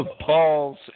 Paul's